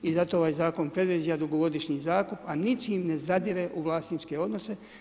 I zato ovaj zakon predviđa dugogodišnji zakup a ničime ne zadire u vlasničke odnose.